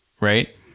right